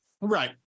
Right